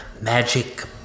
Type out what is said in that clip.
Magic